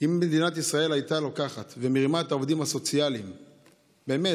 אם מדינת ישראל הייתה לוקחת ומרימה את העובדים הסוציאליים באמת,